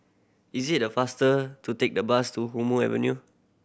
is it faster to take the bus to Hume Avenue